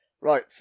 Right